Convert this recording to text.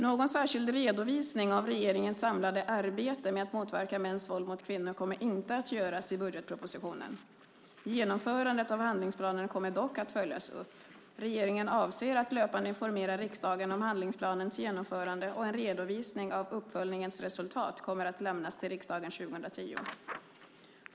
Någon särskild redovisning av regeringens samlade arbete med att motverka mäns våld mot kvinnor kommer inte att göras i budgetpropositionen. Genomförandet av handlingsplanen kommer dock att följas upp. Regeringen avser att löpande informera riksdagen om handlingsplanens genomförande, och en redovisning av uppföljningens resultat kommer att lämnas till riksdagen 2010.